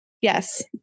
Yes